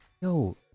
yo